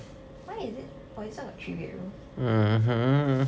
why is it oh this one got three bedroom